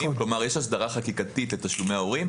כלומר יש הסדרה חקיקתית לתשלומי ההורים.